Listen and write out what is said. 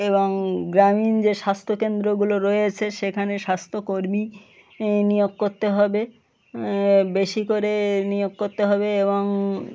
এবং গ্রামীণ যে স্বাস্থ্যকেন্দ্রগুলো রয়েছে সেখানে স্বাস্থ্যকর্মী নিয়োগ করতে হবে বেশি করে নিয়োগ করতে হবে এবং